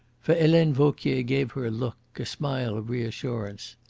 for helene vauquier gave her a look, a smile of reassurance.